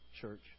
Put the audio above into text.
church